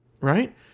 right